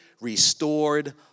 restored